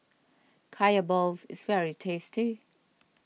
Kaya Balls is very tasty